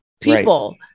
people